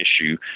issue